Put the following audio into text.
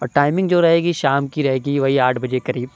اور ٹائمنگ جو رہے گی شام کی رہے گی وہی آٹھ بجے قریب